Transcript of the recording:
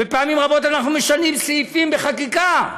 ופעמים רבות אנחנו משנים סעיפים בחקיקה.